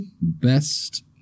Best